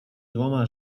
dwoma